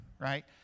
right